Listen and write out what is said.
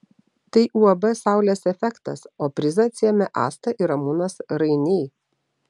tai uab saulės efektas o prizą atsiėmė asta ir ramūnas rainiai